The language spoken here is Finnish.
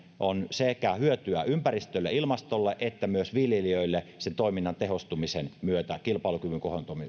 on hyötyä sekä ympäristölle ilmastolle että myös viljelijöille sen toiminnan tehostumisen myötä kilpailukyvyn